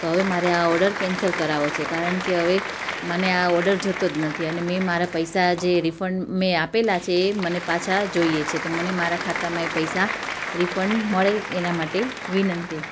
તો હવે મારે આ ઓર્ડર કેન્સલ કરાવવો છે કારણ કે હવે મને આ ઓર્ડર જોઈતો જ નથી અને મેં મારા પૈસા જે રિફન્ડ મેં આપેલા છે એ મને પાછા જોઈએ છે તો મને મારા ખાતામાં એ પૈસા રિફંડ મળે એના માટે વિનંતી